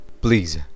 Please